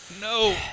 no